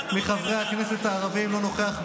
חבר הכנסת נאור שירי.